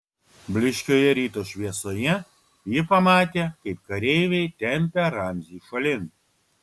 blyškioje ryto šviesoje ji pamatė kaip kareiviai tempia ramzį šalin